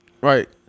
Right